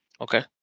Okay